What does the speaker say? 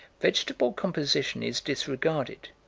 vegetable composition is disregarded,